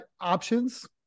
options